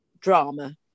drama